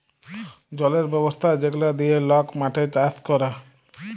জলের ব্যবস্থা যেগলা দিঁয়ে লক মাঠে চাষ ক্যরে